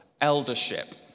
eldership